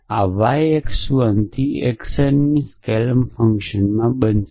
આ y x 1 થી x n ની સ્ક્લેમ ફંક્શનમાં બનશે